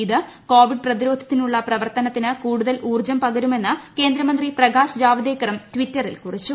ഇന്ന് കോവിഡ് പ്രതിരോധത്തിനുള്ള പ്രവർത്തനത്തിന് കൂടുതൽ ഊർജം പകരുമെന്ന് കേന്ദ്രമന്ത്രി പ്രകാശ് ജാവ്ദേക്കറും ട്വിറ്ററിൽ കുറിച്ചു